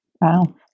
Wow